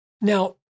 Now